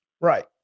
Right